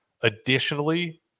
Additionally